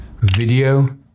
video